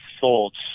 sold